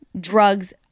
drugs